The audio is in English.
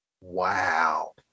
Wow